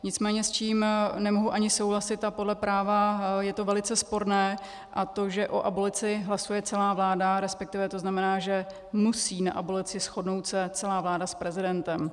Nicméně s čím nemohu ani souhlasit a podle práva je to velice sporné, a to že o abolici hlasuje celá vláda, respektive to znamená, že se musí na abolici shodnout celá vláda s prezidentem.